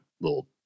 little